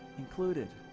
included.